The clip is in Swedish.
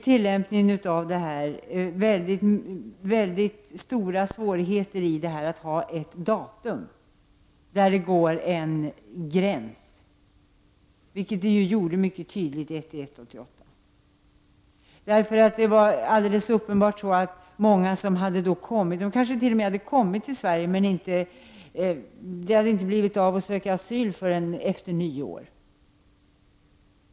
Tillämpningen av detta beslut, med en datumgräns vid den 1 januari 1988, förde med sig stora svårigheter. Många flyktingar hade kanske kommit till Sverige före detta datum men inte sökt asyl förrän efter nyår.